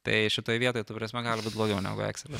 tai šitoj vietoj ta prasme gali būt blogiau negu ekselis